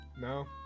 no